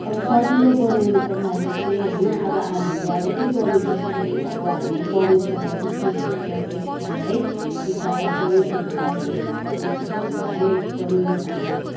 अब सजिलो बनाउनुको लागि चाहिँ होइन अब हामीले अब के गर्नु पर्छ भने अब हामी परमेश्वरलाई बुझ्नु पर्छ एक त है एक त अब परमेश्वरको बाइबलहरू पढ्नुपर्छ है एकदम अब